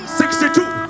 sixty-two